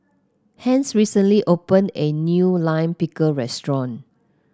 Hence recently opened a new Lime Pickle restaurant